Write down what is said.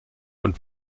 und